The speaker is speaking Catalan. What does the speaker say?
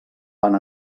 van